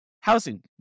housing